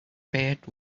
spared